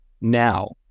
now